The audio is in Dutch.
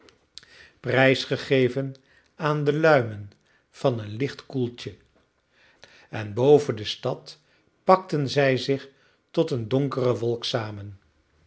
prijsgegeven aan de luimen van een licht koeltje en boven de stad pakten zij zich tot een donkere wolk samen